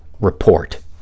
report